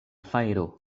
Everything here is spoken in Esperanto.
fajro